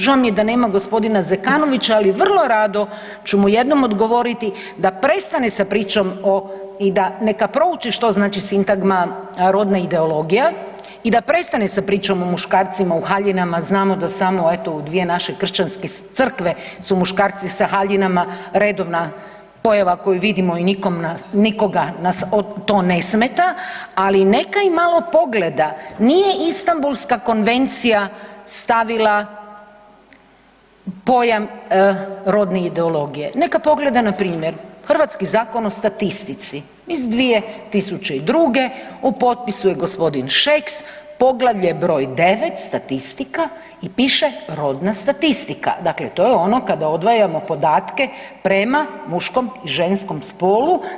Žao mi je da nema g. Zekanovića, ali vrlo rado ću mu jednom odgovoriti da prestane sa pričom i neka prouči što znači sintagma rodne ideologije i da prestane sa pričom o muškarcima u haljinama, znamo da samo eto u dvije naše kršćanske crkve su muškarci sa haljinama redovna pojava koju vidimo i nikoga nas to ne smeta, ali neka i malo pogleda, nije Istambulska konvencija stavila pojam rodne ideologije, neka pogleda npr. hrvatski Zakon o statistici iz 2002. u potpisu je g. Šeks, poglavlje br. 9, statistika i piše rodna statistika, dakle to je ono kada odvajamo podatke prema muškom i ženskom spolu.